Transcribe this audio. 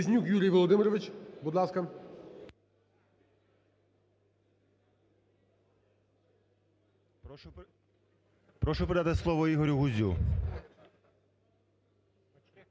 Прошу передати слово Ігорю Гузю.